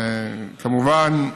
כמובן,